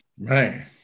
Man